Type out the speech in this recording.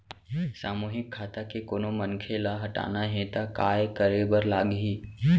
सामूहिक खाता के कोनो मनखे ला हटाना हे ता काय करे बर लागही?